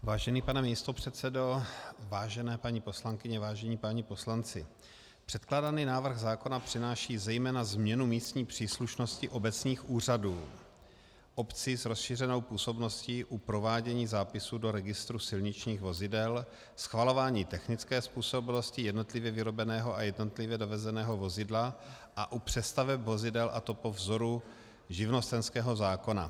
Vážený pane místopředsedo, vážené paní poslankyně, vážení páni poslanci, předkládaný návrh zákona přináší zejména změnu místní příslušnosti obecních úřadů obcí s rozšířenou působností u provádění zápisů do registru silničních vozidel, schvalování technické způsobilosti jednotlivě vyrobeného a jednotlivě dovezeného vozidla a u přestaveb vozidel, a to po vzoru živnostenského zákona.